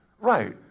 Right